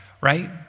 Right